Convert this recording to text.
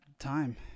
time